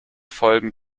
folgen